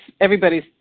everybody's